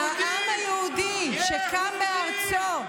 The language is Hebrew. העם היהודי שקם בארצו,